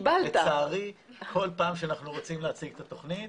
לצערי כל פעם שאנחנו רוצים להציג את התוכנית,